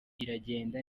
iragenda